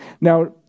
Now